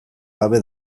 gabe